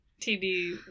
TV